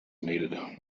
needed